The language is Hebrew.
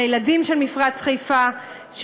לילדים של מפרץ חיפה,